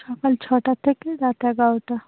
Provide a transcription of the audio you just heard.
সকাল ছটা থেকে রাত এগারোটা